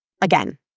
Again